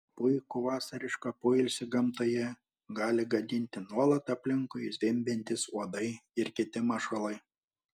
puikų vasarišką poilsį gamtoje gali gadinti nuolat aplinkui zvimbiantys uodai ir kiti mašalai